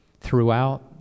throughout